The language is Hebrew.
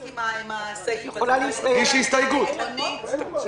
ואז התקבלה הסתייגות להוסיף הגבלת ימים,